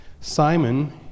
Simon